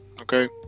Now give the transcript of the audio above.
okay